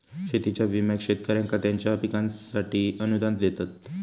शेतीच्या विम्याक शेतकऱ्यांका त्यांच्या पिकांसाठी अनुदान देतत